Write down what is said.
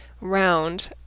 round